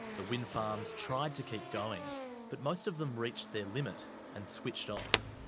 the wind farms tried to keep going but most of them reached their limit and switched off.